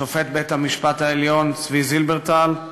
שופט בית-המשפט העליון צבי זילברטל,